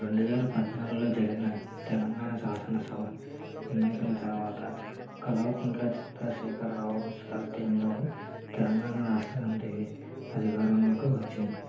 రెండువేల పద్నాలుగులో జరిగిన తెలంగాణ శాసనసభ ఎన్నికల తరువాత కల్వకుంట్ల చంద్రశేఖర్ రావు సారథ్యంలోని తెలంగాణ రాష్ట్ర సమితి అధికారంలోకి వచ్చింది